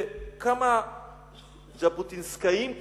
וכמה ז'בוטינסקאים כאן,